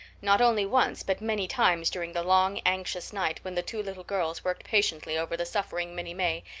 not only once, but many times during the long, anxious night when the two little girls worked patiently over the suffering minnie may,